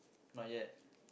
not yet